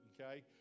okay